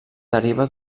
deriva